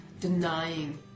denying